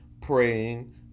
praying